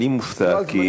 אני מופתע,